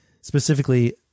specifically